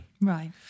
right